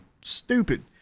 stupid